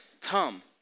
come